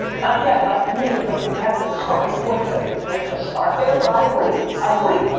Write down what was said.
and i get it. like to me, like intent is the starting point so i think it's nice to start there, but i agree. i agree.